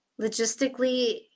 logistically